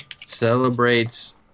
Celebrates